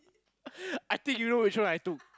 I think you know which one I took